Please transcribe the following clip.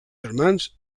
germans